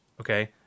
okay